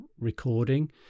recording